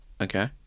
okay